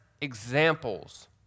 examples